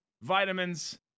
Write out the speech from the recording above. vitamins